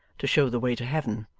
to show the way to heaven.